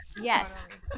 Yes